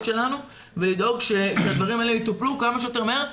שלנו ולדאוג שהדברים האלה יטופלו כמה שיותר מהר,